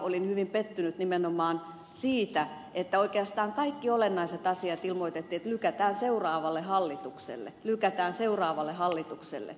olin hyvin pettynyt nimenomaan siitä että oikeastaan kaikki olennaiset asiat ilmoitettiin että lykätään seuraavalle hallitukselle lykätään seuraavalle hallitukselle